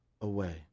away